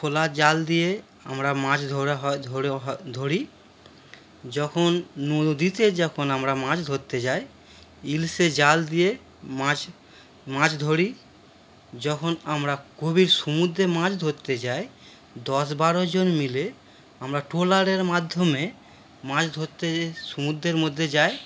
খোলা জাল দিয়ে আমরা মাছ ধরা হয় ধরা হ ধরি যখন নদীতে যখন আমরা মাছ ধরতে যায় ইলিশে জাল দিয়ে মাছ মাছ ধরি যখন আমরা গভীর সমুদ্রে মাছ ধরতে যায় দশ বারোজন মিলে আমরা ট্রলারের মাধ্যমে মাছ ধরতে সমুদ্রের মধ্যে যায়